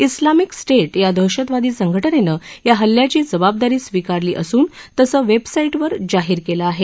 Islamic State या दहशतवादी संघटनेनं या हल्ल्याची जबाबदारी स्वीकारली असून तसं वेबसाइटवर जाहीर केलं आहे